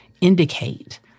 indicate